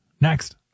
Next